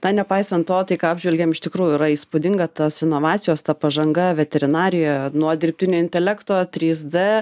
na nepaisant to tai ką apžvelgėm iš tikrųjų yra įspūdinga tos inovacijos ta pažanga veterinarijoje nuo dirbtinio intelekto trys d